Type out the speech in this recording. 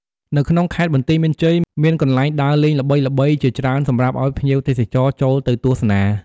នៅក្នុងខេត្តបន្ទាយមានជ័យ មានកន្លែងដើរលេងល្បីៗជាច្រើនសម្រាប់ឲ្យភ្ញៀវទេសចរណ៌ចូលទៅទស្សនា។